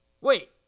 wait